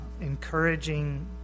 encouraging